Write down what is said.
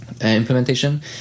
implementation